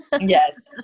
Yes